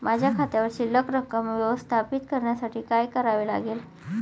माझ्या खात्यावर शिल्लक रक्कम व्यवस्थापित करण्यासाठी काय करावे लागेल?